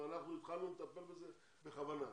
אנחנו התחלנו לטפל בזה בכוונה.